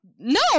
No